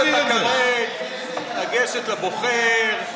לגשת לבוחר,